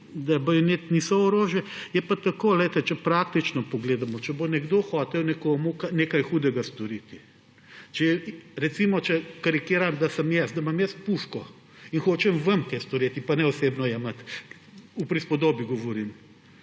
da bajoneti niso orožje. Je pa tako, če praktično pogledamo, če bo nekdo hotel nekomu nekaj hudega storiti. Recimo, če karikiram, da sem jaz, da imam puško in hočem vam kaj storiti, pa ne osebno jemati, v prispodobi govorim.